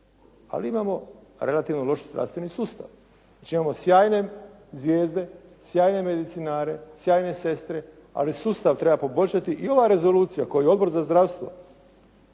Ali imamo relativno loš zdravstveni sustav. Znači imamo sjajne zvijezde, sjajne medicinare, sjajne sestre, ali sustav treba poboljšati. I ova rezolucija koju Odbor za zdravstvo,